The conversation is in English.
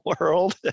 world